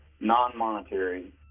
non-monetary